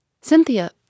Cynthia